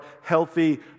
healthy